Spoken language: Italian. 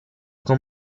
con